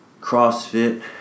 crossfit